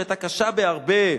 שהיתה קשה בהרבה,